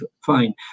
fine